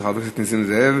של חבר הכנסת נסים זאב,